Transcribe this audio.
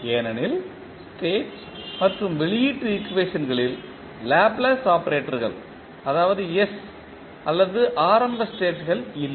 ஏனெனில் ஸ்டேட் மற்றும் வெளியீட்டு ஈக்குவேஷன்களில் லாப்லேஸ் ஆபரேட்டர்கள் அதாவது s அல்லது ஆரம்ப ஸ்டேட்கள் இல்லை